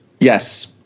Yes